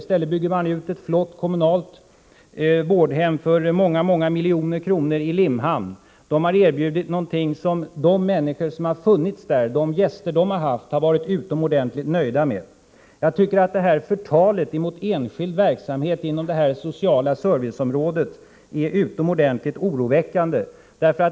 Där har erbjudits något som gästerna har varit utomordentligt nöjda med. I stället byggs nu ett flott kommunalt vårdhem för många miljoner kronor i Limhamn. Förtalet mot enskild verksamhet inom det sociala serviceområdet är utomordentligt oroväckande.